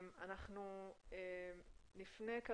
נפנה לשמוע